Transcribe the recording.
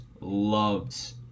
loves